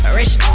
rich